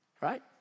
right